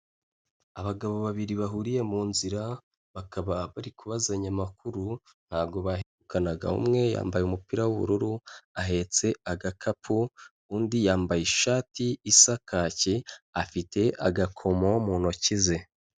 Abagabo babiri bahuriye mu nzira, bakaba bari kubazanya amakuru ntabwo baherukanaga. Umwe yambaye umupira w'ubururu ahetse agakapu, undi yambaye ishati isa kake, afite agakomo mu ntoki ze.